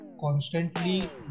constantly